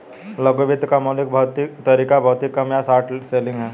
लघु वित्त का मौलिक तरीका भौतिक कम या शॉर्ट सेलिंग है